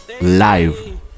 live